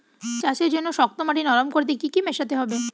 চাষের জন্য শক্ত মাটি নরম করতে কি কি মেশাতে হবে?